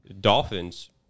Dolphins